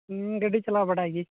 ᱜᱟᱹᱰᱤ ᱪᱟᱞᱟᱣ ᱵᱟᱰᱟᱭ ᱜᱮᱭᱟᱹᱧ